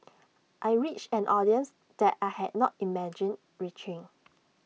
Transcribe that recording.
I reached an audience that I had not imagined reaching